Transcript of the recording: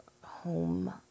home